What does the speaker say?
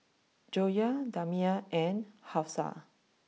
Joyah Damia and Hafsa